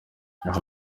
aha